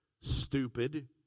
stupid